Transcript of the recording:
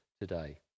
today